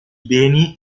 beni